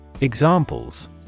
Examples